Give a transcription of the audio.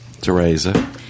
Teresa